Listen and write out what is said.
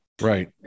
Right